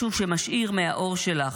משהו שמשאיר מהאור שלך,